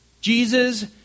Jesus